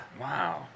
Wow